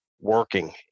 working